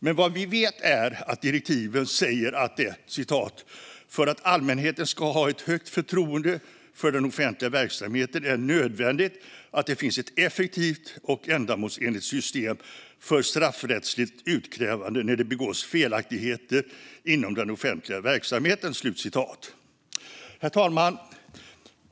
Men vi vet att det av direktiven framgår följande: För att allmänheten ska ha ett högt förtroende för den offentliga verksamheten är det nödvändigt att det finns ett effektivt och ändamålsenligt system för straffrättsligt utkrävande när det begås felaktigheter inom den offentliga verksamheten. Herr talman!